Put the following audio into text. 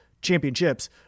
championships